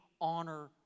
honor